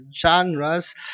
genres